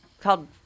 called